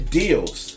deals